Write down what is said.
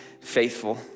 faithful